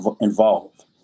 involved